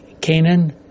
Canaan